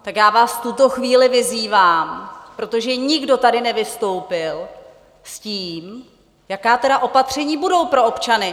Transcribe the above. Tak já vás v tuto chvíli vyzývám, protože nikdo tady nevystoupil s tím, jaká tedy opatření budou pro občany.